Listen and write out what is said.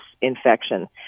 infection